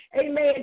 amen